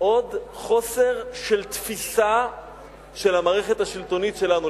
עוד חוסר של תפיסה של המערכת השלטונית שלנו,